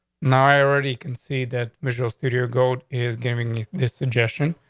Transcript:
now, i already concede that visual studio gold is giving this suggestion.